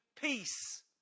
peace